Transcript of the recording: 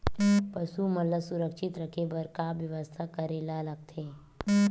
पशु मन ल सुरक्षित रखे बर का बेवस्था करेला लगथे?